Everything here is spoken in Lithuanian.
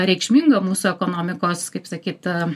reikšmingą mūsų ekonomikos kaip sakyt